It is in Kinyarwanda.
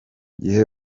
gihe